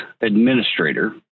administrator